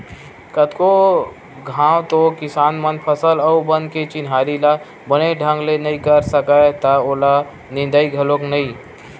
कतको घांव तो किसान मन फसल अउ बन के चिन्हारी ल बने ढंग ले नइ कर सकय त ओला निंदय घलोक नइ